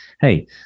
hey